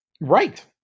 Right